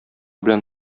белән